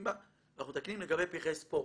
בה ואנחנו מתקנים לגבי פרחי ספורט.